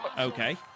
Okay